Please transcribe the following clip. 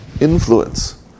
influence